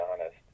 honest